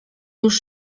już